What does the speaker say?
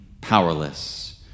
powerless